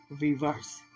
reverse